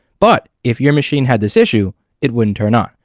but if your machine had this issue it wouldn't turn on,